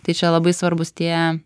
tai čia labai svarbūs tie